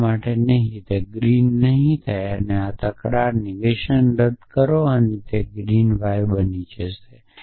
આ આના પર નહીં ગ્રીન નહીં થાય આ તકરાર નેગેશન રદ કરો પછી આ ગ્રીન y બની જશે